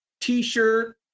t-shirt